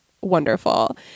wonderful